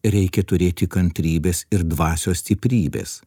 reikia turėti kantrybės ir dvasios stiprybės